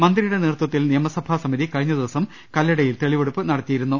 മന്ത്രിയുടെ നേതൃത്വ ത്തിൽ നിയമസഭാ സമിതി കഴിഞ്ഞദിവസം കല്ലടയിൽ തെളി വെടുപ്പ് നടത്തിയിരുന്നു